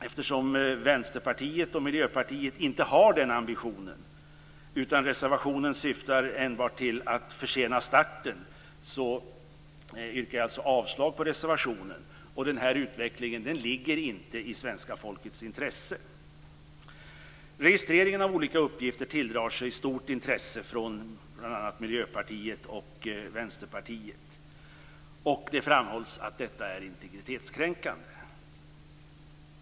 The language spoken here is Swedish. Eftersom Vänsterpartiet och Miljöpartiet inte har denna ambition - reservationen syftar enbart till att försena starten - yrkar jag avslag på reservationen. En sådan utveckling ligger inte i svenska folkets intresse. Registreringen av olika uppgifter tilldrar sig stort intresse från bl.a. Miljöpartiet och Vänsterpartiet. Det framhålls att en sådan är integritetskränkande.